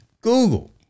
Google